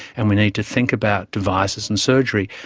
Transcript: and we need to think about devices and surgery.